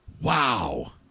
Wow